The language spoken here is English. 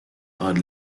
are